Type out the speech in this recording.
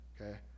Okay